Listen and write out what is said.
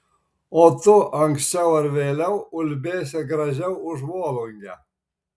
o tu anksčiau ar vėliau ulbėsi gražiau už volungę